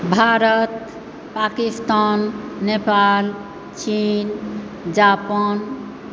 भारत पाकिस्तान नेपाल चीन जापान